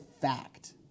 fact